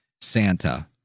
Santa